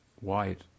White